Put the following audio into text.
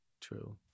True